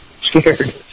scared